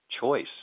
choice